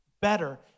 better